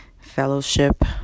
fellowship